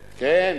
כן,